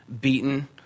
beaten